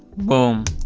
boom!